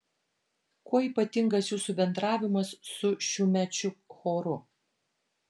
kuo ypatingas jūsų bendravimas su šiųmečiu choru